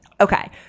Okay